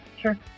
sure